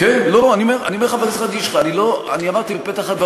למי שאיננו מכיר את התוכנית הזאת, לקחת ילדים